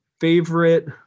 favorite